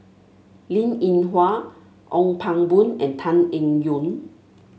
Linn In Hua Ong Pang Boon and Tan Eng Yoon